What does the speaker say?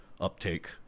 uptake